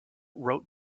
wrote